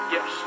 Yes